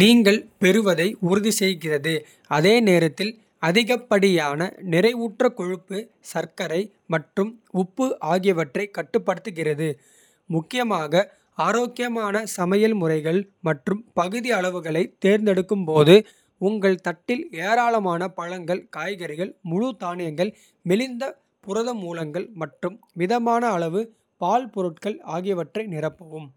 நீங்கள் பெறுவதை. உறுதிசெய்கிறது அதே நேரத்தில் அதிகப்படியான. நிறைவுற்ற கொழுப்பு சர்க்கரை மற்றும் உப்பு. ஆகியவற்றைக் கட்டுப்படுத்துகிறது முக்கியமாக. ஆரோக்கியமான சமையல் முறைகள் மற்றும் பகுதி. அளவுகளைத் தேர்ந்தெடுக்கும்போது ​உங்கள் தட்டில். ஏராளமான பழங்கள் காய்கறிகள் முழு தானியங்கள். மெலிந்த புரத மூலங்கள் மற்றும் மிதமான அளவு. பால் பொருட்கள் ஆகியவற்றை நிரப்பவும்.